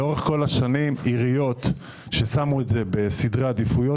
עיריות ששמו את זה בסדרי עדיפויות,